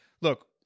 look